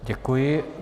Děkuji.